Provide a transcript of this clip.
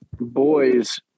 Boys